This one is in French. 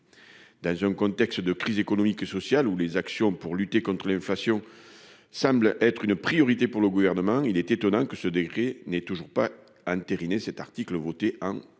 Dans un contexte de crise économique et sociale, où les actions pour lutter contre l'inflation semblent être une priorité pour le Gouvernement, il est étonnant que ce décret n'ait toujours pas entériné la mesure votée en 2019.